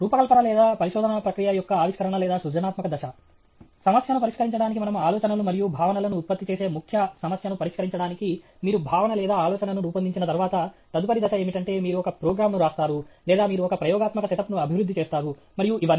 రూపకల్పన లేదా పరిశోధన ప్రక్రియ యొక్క ఆవిష్కరణ సృజనాత్మక దశ సమస్యను పరిష్కరించడానికి మనము ఆలోచనలు మరియు భావనలను ఉత్పత్తి చేసే ముఖ్య సమస్యను పరిష్కరించడానికి మీరు భావన లేదా ఆలోచనను రూపొందించిన తర్వాత తదుపరి దశ ఏమిటంటే మీరు ఒక ప్రోగ్రామ్ను వ్రాస్తారు లేదా మీరు ఒక ప్రయోగాత్మక సెటప్ను అభివృద్ధి చేస్తారు మరియు ఇవన్నీ